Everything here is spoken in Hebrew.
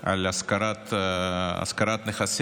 על השכרת נכסים,